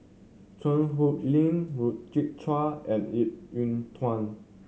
Cheang Hong Lim and Ip Yiu Tung